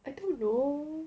I don't know